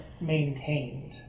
maintained